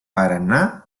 paranà